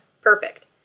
perfect